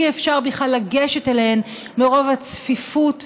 אי-אפשר בכלל לגשת אליהן מרוב הצפיפות,